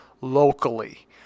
locally